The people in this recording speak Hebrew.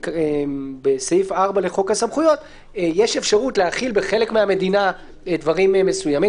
בסעיף 4 לחוק הסמכויות יש אפשרות להחיל בחלק מהמדינה דברים מסוימים.